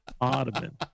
Ottoman